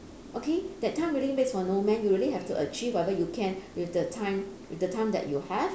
okay that time really waits for no man you really have to achieve whatever you can with the time with the time that you have